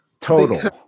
Total